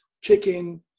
chicken